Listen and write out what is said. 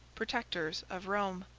protectors of rome.